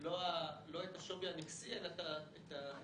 לא את השווי הנכסי, אלא את הסיכון.